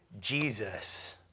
jesus